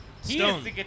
Stone